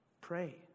pray